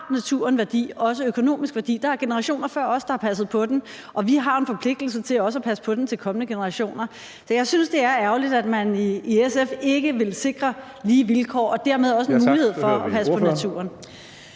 naturen værdi, også økonomisk værdi. Der er generationer før os, der har passet på den, og vi har jo en forpligtelse til også at passe på den til kommende generationer. Så jeg synes, det er ærgerligt, at man i SF ikke vil sikre lige vilkår og dermed også en mulighed for at passe på naturen.